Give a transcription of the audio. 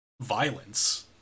violence